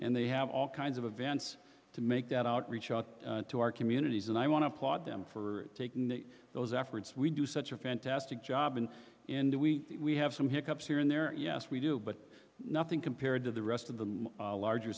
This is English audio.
and they have all kinds of events to make that out reach out to our communities and i want to applaud them for taking the those efforts we do such a fantastic job and indeed we have some hiccups here and there yes we do but nothing compared to the rest of the larger